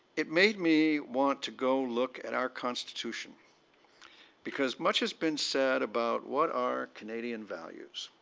it made me want to go look at our constitution because much has been said about what our canadian values.